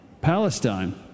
Palestine